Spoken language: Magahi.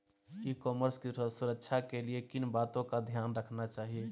ई कॉमर्स की सुरक्षा के लिए किन बातों का ध्यान रखना चाहिए?